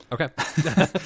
Okay